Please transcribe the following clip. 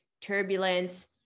turbulence